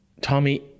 Tommy